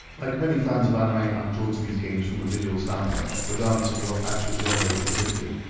like many fans of anime, i'm drawn to these games from a visual standpoint regardless of what actual genre they fit into.